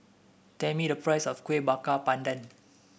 tell me the price of Kuih Bakar Pandan